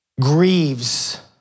grieves